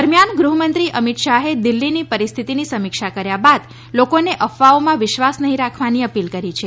દરમિયાન ગૃહમંત્રી અમિત શાહે દિલ્હીની પરિસ્થિતિની સમીક્ષા કર્યા બાદ લોકોને અફવાઓમાં વિશ્વાસ નહીં રાખવાની અપીલ કરી છે